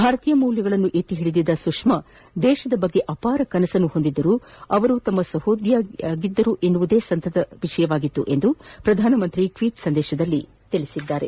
ಭಾರತೀಯ ಮೌಲ್ಯಗಳನ್ನು ಎತ್ತಿಹಿಡಿದಿದ್ದ ಸುಷ್ಮಾ ಸ್ವರಾಜ್ ದೇಶದ ಬಗ್ಗೆ ಅಪಾರ ಕನಸನ್ನು ಹೊಂದಿದ್ದರು ಅವರು ತಮ್ಮ ಸಹೋದ್ಯೋಗಿಯಾಗಿದ್ದರು ಎನ್ನುವುದೇ ಸಂತಸದ ವಿಷಯವಾಗಿತ್ತು ಎಂದು ಪ್ರಧಾನಮಂತ್ರಿ ಟ್ಟೀಟ್ ಸಂದೇಶದಲ್ಲಿ ತಿಳಿಸಿದ್ದಾರೆ